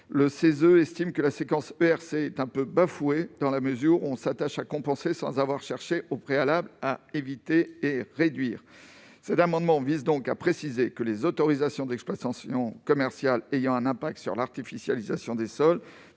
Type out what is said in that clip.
le CESE estime que la séquence ERC est quelque peu bafouée dans la mesure où l'on s'attache à compenser sans avoir préalablement cherché à éviter et à réduire. Cet amendement vise ainsi à préciser que les autorisations d'exploitation commerciale ayant un impact sur l'artificialisation des sols